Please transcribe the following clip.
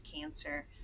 cancer